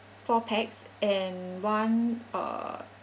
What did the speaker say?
four pax and one uh